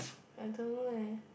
I don't know leh